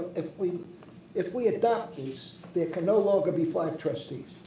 if we if we adopt this, there can no longer be five trustees.